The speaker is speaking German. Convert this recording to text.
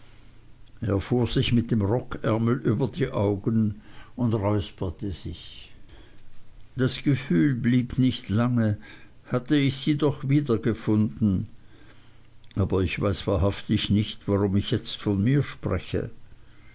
er fuhr sich mit dem rockärmel über die augen und räusperte sich das gefühl blieb nicht lange hatte ich sie doch wiedergefunden aber ich weiß wahrhaftig nicht warum ich jetzt von mir spreche